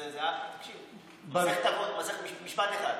משפט אחד.